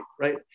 right